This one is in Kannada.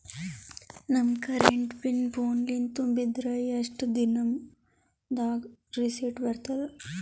ನಮ್ ಕರೆಂಟ್ ಬಿಲ್ ಫೋನ ಲಿಂದೇ ತುಂಬಿದ್ರ, ಎಷ್ಟ ದಿ ನಮ್ ದಾಗ ರಿಸಿಟ ಬರತದ?